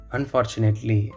Unfortunately